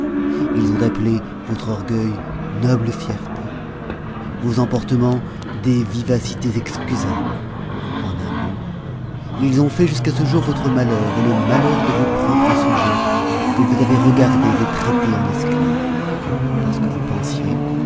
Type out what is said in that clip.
ils ont appelé votre orgueil noble fierté vos emportements des vivacités excusables en un mot ils ont fait jusqu'à ce jour votre malheur et le malheur de vos propres sujets que vous avez regardés et traités en esclaves parce que vous pensiez